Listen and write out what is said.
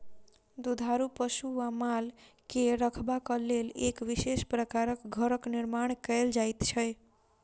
दुधारू पशु वा माल के रखबाक लेल एक विशेष प्रकारक घरक निर्माण कयल जाइत छै